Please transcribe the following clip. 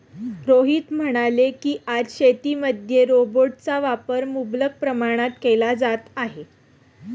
रोहित म्हणाले की, आज शेतीमध्ये रोबोटचा वापर मुबलक प्रमाणात केला जात आहे